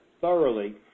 thoroughly